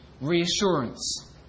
reassurance